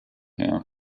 her